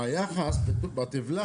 הטבלה